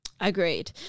Agreed